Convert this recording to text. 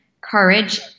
courage